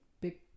big